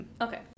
Okay